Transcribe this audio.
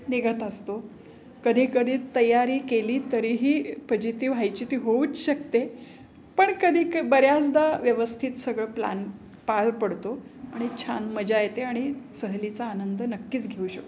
निघत असतो कधीकधी तयारी केली तरीही फजिती व्हायची ती होऊच शकते पण कधी क बऱ्याचदा व्यवस्थित सगळं प्लॅन पार पडतो आणि छान मजा येते आणि सहलीचा आनंद नक्कीच घेऊ शकतो